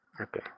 Okay